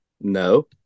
no